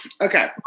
Okay